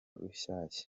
rushyashya